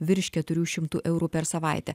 virš keturių šimtų eurų per savaitę